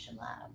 lab